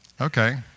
okay